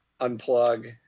unplug